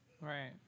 right